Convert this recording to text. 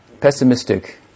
pessimistic